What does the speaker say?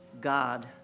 God